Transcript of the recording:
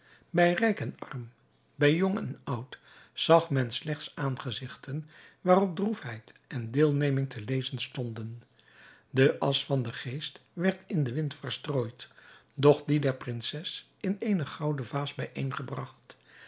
bij rijk en arm bij jong en oud zag men slechts aangezigten waarop droefheid en deelneming te lezen stonden de asch van den geest werd in den wind verstrooid doch die der prinses in eene gouden vaas